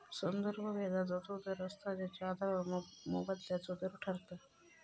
संदर्भ व्याजाचो तो दर असता जेच्या आधारावर मोबदल्याचो दर ठरता